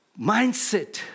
mindset